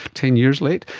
ten years late,